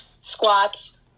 squats